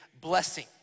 blessing